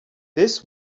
this